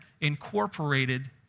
incorporated